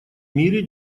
мире